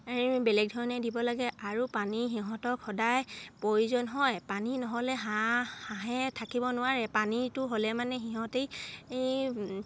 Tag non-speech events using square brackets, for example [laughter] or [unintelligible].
[unintelligible] বেলেগ ধৰণে দিব লাগে আৰু পানী সিহঁতক সদায় প্ৰয়োজন হয় পানী নহ'লে হাঁহ হাঁহে থাকিব নোৱাৰে পানীটো হ'লে মানে সিহঁতি এই